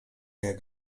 jak